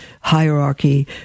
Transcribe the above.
hierarchy